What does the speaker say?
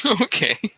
Okay